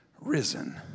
risen